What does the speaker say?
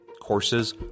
Courses